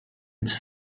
its